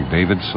David